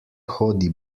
hodi